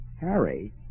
Harry